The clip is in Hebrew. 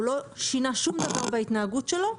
הוא לא שינה שום דבר בהתנהגות שלו,